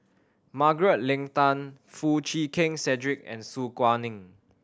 Margaret Leng Tan Foo Chee Keng Cedric and Su Guaning